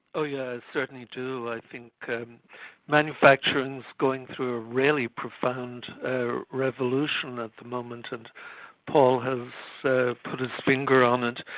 oh yeah, i certainly do. i think manufacturing's going through a really profound ah revolution at the moment and paul has so put his finger on it.